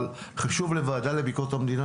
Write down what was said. אבל חשוב לוועדה לביקורת המדינה,